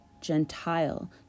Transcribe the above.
gentile